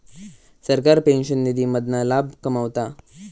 सरकार पेंशन निधी मधना लाभ कमवता